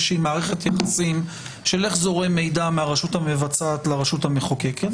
שהיא מערכת אילוצים של איך זורם המידע מהרשות המבצעת לרשות המחוקקת,